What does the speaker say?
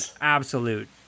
absolute